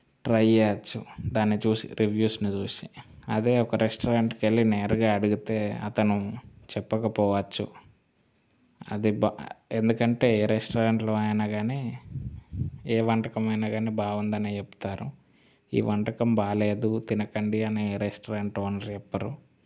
try చేయచ్చు దాన్ని చూసి రివ్యూస్ని చూసి అదే ఒక రెస్టారెంట్కి వెళ్ళి నేరుగా అడిగితే అతను చెప్పకపోవచ్చు అది ఎందుకంటే ఏ రెస్టారెంట్లో అయినా కానీ ఏ వంటకమైన కానీ బాగుందని చెప్తారు ఈ వంటకం బాగలేదు తినకండి అని ఏ రెస్టారెంట్ ఓనర్ చెప్పరు